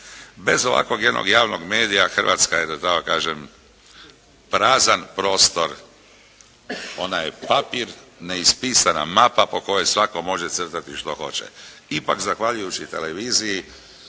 Bez ovakvog jednog javnog medija Hrvatska je da tako kažem prazan prostor. Ona je papir, neispisana mapa po kojoj svatko može crtati što hoće. Ipak zahvaljujući televiziji